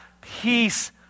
peace